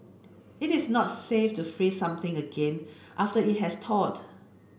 it is not safe to freeze something again after it has thawed